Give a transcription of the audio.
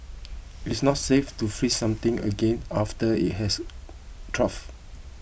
it is not safe to freeze something again after it has